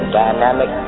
dynamic